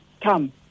come